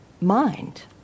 mind